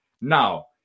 Now